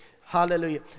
Hallelujah